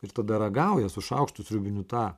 ir tada ragauja su šaukštu sriubiniu tą